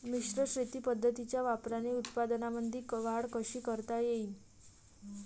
मिश्र शेती पद्धतीच्या वापराने उत्पन्नामंदी वाढ कशी करता येईन?